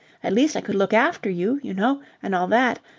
at least i could look after you, you know, and all that.